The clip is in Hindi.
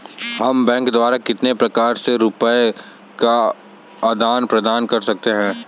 हम बैंक द्वारा कितने प्रकार से रुपये का आदान प्रदान कर सकते हैं?